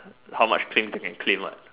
how much pain they can claim what